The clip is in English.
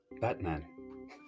Batman